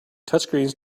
touchscreens